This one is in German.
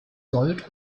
gold